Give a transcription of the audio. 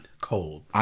cold